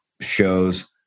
shows